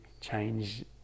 change